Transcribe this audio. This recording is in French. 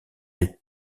est